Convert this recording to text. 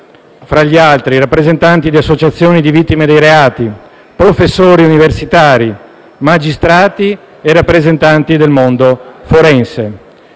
fra gli altri, rappresentanti di associazioni di vittime dei reati, professori universitari, magistrati e rappresentanti del mondo forense.